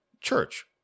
church